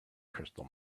crystal